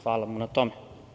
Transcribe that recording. Hvala mu na tome.